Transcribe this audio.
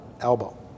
Elbow